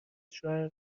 شوهر